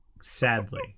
Sadly